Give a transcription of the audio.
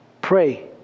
Pray